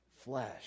flesh